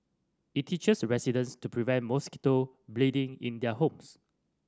it teaches residents to prevent mosquito breeding in their homes